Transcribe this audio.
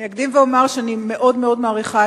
אני אקדים ואומר שאני מאוד מאוד מעריכה